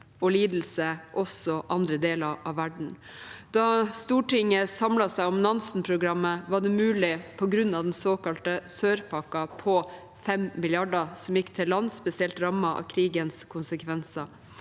og lidelse også i andre deler av verden. Da Stortinget samlet seg om Nansen-programmet, var det mulig på grunn av den såkalte sør-pakken, på 5 mrd. kr, som gikk til land spesielt rammet av krigens konsekvenser.